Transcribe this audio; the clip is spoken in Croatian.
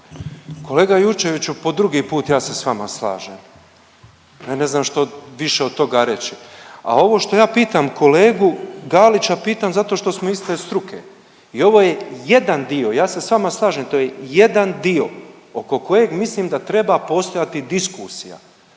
Kolega Jurčeviću po drugi put ja se sa vama slažem. Ja ne znam što više od toga reći. A ovo što ja pitam kolegu Galića pitam zato što smo iste struke. I ovo je jedan dio. Ja se sa vama slažem to je jedan dio oko kojeg mislim da treba postojati diskusija,